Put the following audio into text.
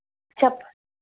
చెప్పు